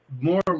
More